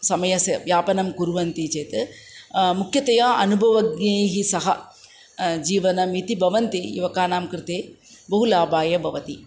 समयस्य व्यापनं कुर्वन्ति चेत् मुख्यतया अनुभवज्ञैः सह जीवनमिति भवन्ति युवकानां कृते बहु लाभाय भवति